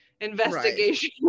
investigation